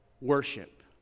worship